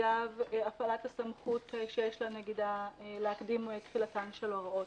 אגב הפעלת הסמכות שיש לנגידה להקדים מועד תחילתן של הוראות.